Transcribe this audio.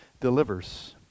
delivers